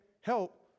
help